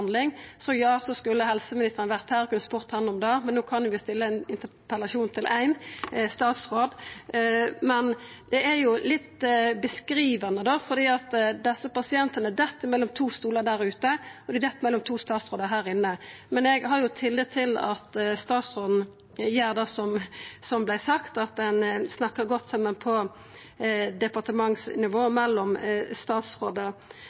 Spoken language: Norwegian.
helseministeren vore her, skulle eg ha spurt han om det, men vi kan jo berre stille interpellasjon til éin statsråd. Det er litt beskrivande, for desse pasientane dett mellom to stolar der ute, og dei dett mellom to statsrådar her inne. Men eg har tillit til at statsråden gjer det som vert sagt, at ein snakkar godt saman på departementsnivå